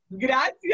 gracias